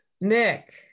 Nick